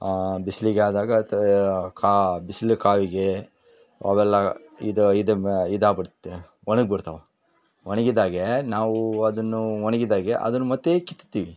ಆ ಬಿಸ್ಲಿಗೆ ಆದಾಗ ತಾ ಕಾ ಬಿಸ್ಲು ಕಾವಿಗೆ ಅವೆಲ್ಲ ಇದೆ ಇದನ್ನು ಇದಾಗಿ ಬಿಡುತ್ತೆ ಒಣಗಿಬಿಡ್ತಾವ ಒಣಗಿದಾಗೆ ನಾವು ಅದನ್ನುಒಣಗಿದಾಗೆ ಅದನ್ನು ಮತ್ತು ಕಿಳ್ತೀವಿ